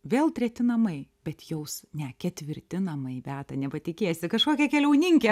vėl treti namai bet jaus ne ketvirti namai beata nepatikėsi kažkokia keliauninkė